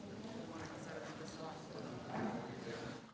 Hvala.